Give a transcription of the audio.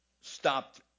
stopped